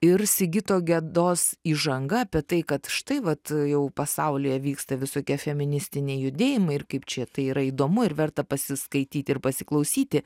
ir sigito gedos įžanga apie tai kad štai vat jau pasaulyje vyksta visokie feministiniai judėjimai ir kaip čia tai yra įdomu ir verta pasiskaityti ir pasiklausyti